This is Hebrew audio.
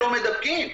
לא מדבקים.